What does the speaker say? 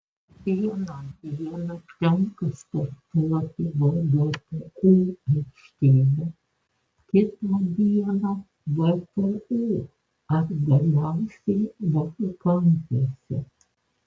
vieną dieną tenka sportuoti vgtu aikštyne kita dieną vpu ar galiausiai valakampiuose